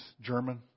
German